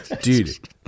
Dude